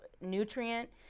nutrient